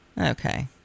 Okay